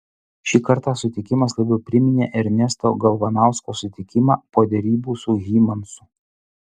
šį kartą sutikimas labiau priminė ernesto galvanausko sutikimą po derybų su hymansu